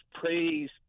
praise